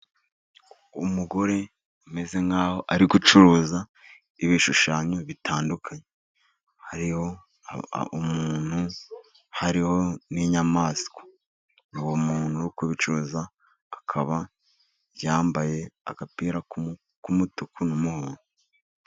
Umugore umeze nkaho ari gucuruza ibishushanyo bitandukanye, hariho umuntu hariho n'inyamaswa. Uwo muntu uri kubicuruza akaba yambaye agapira k'umutuku n'umuhondo.